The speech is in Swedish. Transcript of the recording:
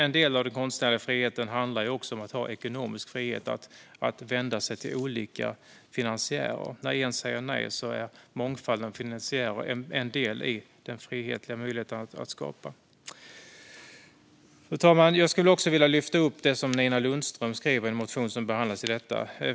En del av den konstnärliga friheten handlar ju också om att ha ekonomisk frihet att vända sig till olika finansiärer. När en säger nej är en mångfald av finansiärer en del i den frihetliga möjligheten att skapa. Fru talman! Jag skulle också vilja lyfta upp det som Nina Lundström skriver i en motion som behandlas i detta betänkande.